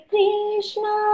Krishna